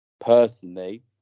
personally